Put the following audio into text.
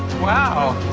wow.